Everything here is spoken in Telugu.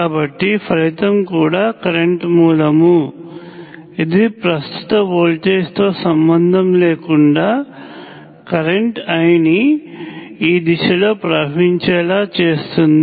కాబట్టి ఫలితం కూడా కరెంట్ మూలము ఇది ప్రస్తుత వోల్టేజ్తో సంబంధం లేకుండా కరెంట్ I ని ఈ దిశలో ప్రవహించేలా చేస్తుంది